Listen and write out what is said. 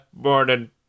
morning